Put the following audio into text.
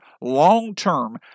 long-term